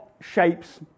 shapes